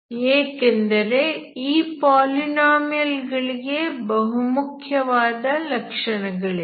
ಏಕೆಂದರೆ ಈ ಪಾಲಿನೋಮಿಯಲ್ ಗಳಿಗೆ ಬಹುಮುಖ್ಯವಾದ ಗುಣಲಕ್ಷಣಗಳಿವೆ